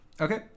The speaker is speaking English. Okay